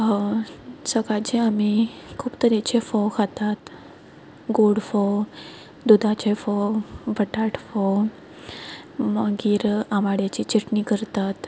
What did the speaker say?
सकाळचे आमी खूब तरेचे फोव खातात गोड फोव दुदाचे फोव बटाट फोव मागीर आंबाड्याची चटणी करतात